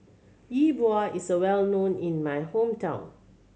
Yi Bua is well known in my hometown